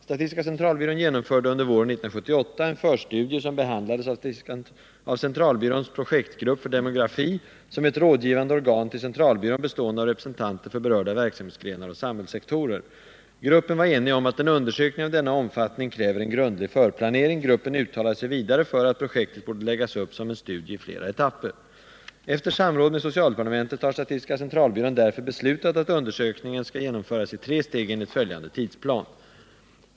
Statistiska centralbyrån genomförde under våren 1978 en förstudie som behandlades av centralbyråns projektgrupp för demografi, som är ett rådgivande organ till centralbyrån bestående av representanter för berörda verksamhetsgrenar och samhällssektorer. Gruppen var enig om att en undersökning av denna omfattning kräver en grundlig förplanering. Gruppen uttalade sig vidare för att projektet borde läggas upp som en studie i flera etapper. Efter samråd med socialdepartementet har statistiska centralbyrån därför beslutat att undersökningen skall genomföras i tre steg enligt följande tidsplan.